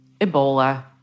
Ebola